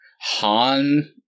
Han –